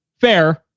Fair